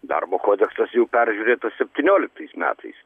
darbo kodeksas jau peržiūrėtas septynioliktais metais